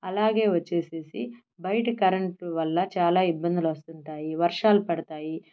అలాగే వచ్చేసేసి బయట కరెంటు వల్ల చాలా ఇబ్బందులొస్తుంటాయి ఈ వర్షాలు పడతాయి